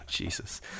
Jesus